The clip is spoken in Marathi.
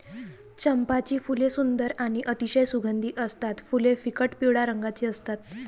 चंपाची फुले सुंदर आणि अतिशय सुगंधी असतात फुले फिकट पिवळ्या रंगाची असतात